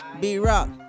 B-Rock